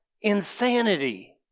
insanity